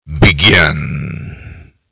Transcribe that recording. begin